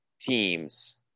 teams